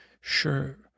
Sure